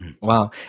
Wow